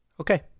Okay